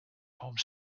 home